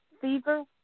fever